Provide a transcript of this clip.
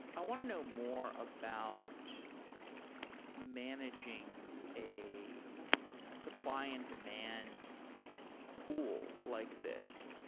i want to know more about managing a supply and demand pool like this.